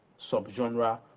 subgenre